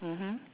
mmhmm